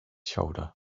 shoulder